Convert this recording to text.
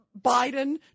Biden